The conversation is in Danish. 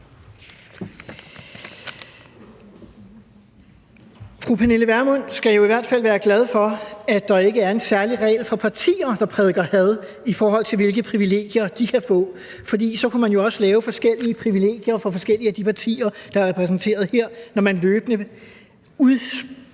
Fru Pernille Vermund skal jo i hvert fald være glad for, at der ikke er en særlig regel for partier, der prædiker had i forhold til, hvilke privilegier de kan få, for ellers kunne der jo laves forskellige privilegier for forskellige af de partier, der er repræsenteret her, når de løbende udspyr